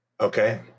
Okay